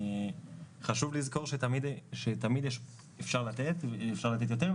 חשוב לזכור שתמיד אפשר לתת יותר.